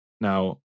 now